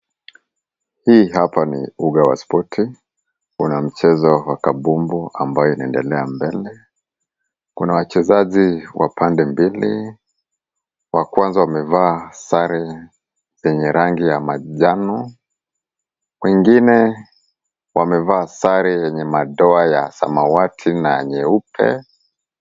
Hii hapa ni uga wa spoti, kuna mchezo wa kabumbu ambao inaendelea mbele, kuna wachezaji wa pande mbili, wa kwanza wamevaa sare yenye rangi ya manjano, wengine wamevaa sare yenye madoa ya samawati na nyeupe.